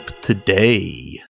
today